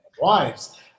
wives